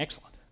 Excellent